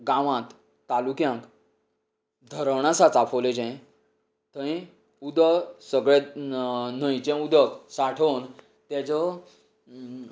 गांवांत तालुक्यांक धरण आसा चापोलेचे थंय उदक सगळें न्हंयचे उदक साठोवन तेजो